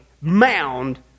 mound